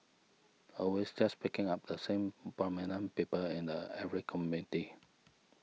always just picking up the same prominent people and a every committee